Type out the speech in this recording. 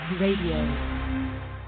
Radio